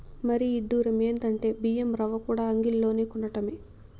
మరీ ఇడ్డురం ఎందంటే బియ్యం రవ్వకూడా అంగిల్లోనే కొనటమే